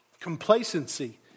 complacency